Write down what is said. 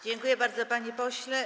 Dziękuję bardzo, panie pośle.